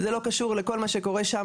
זה לא קשור לכל מה שקורה שם,